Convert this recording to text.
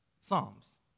psalms